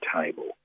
table